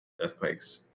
earthquakes